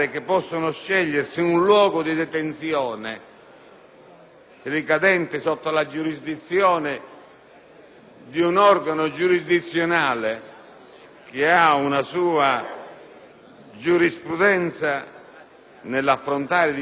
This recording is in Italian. ricadente sotto la giurisdizione di un organo giurisdizionale che ha una sua giurisprudenza nell'affrontare diversi casi, per sopperire